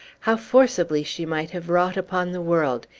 how forcibly she might have wrought upon the world,